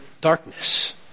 darkness